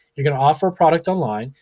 you're gonna offer a product online.